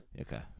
Okay